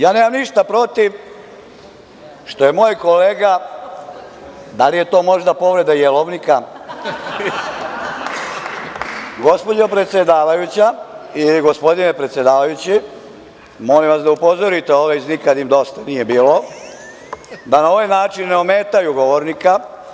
Ja nemam ništa protiv što je moj kolega, da li je to možda povreda jelovnika, gospođo predsedavajuća ili gospodine predsedavajući, molim vas da upozorite ove iz „Nikad im dosta nije bilo“, da na ovaj način ne ometaju govornika.